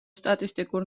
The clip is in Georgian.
სტატისტიკურ